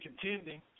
contending